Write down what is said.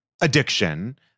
addiction